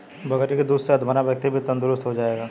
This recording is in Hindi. बकरी के दूध से अधमरा व्यक्ति भी तंदुरुस्त हो जाएगा